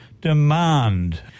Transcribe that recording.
demand